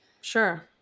sure